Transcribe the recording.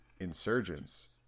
insurgents